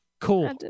cool